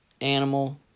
animal